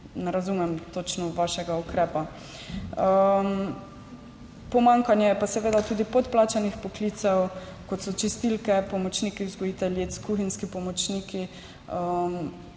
ne razumem točno vašega ukrepa. Je pa seveda tudi pomanjkanje podplačanih poklicev, kot so čistilke, pomočniki vzgojiteljic, kuhinjski pomočniki.